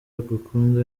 agukunda